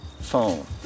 phone